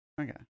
okay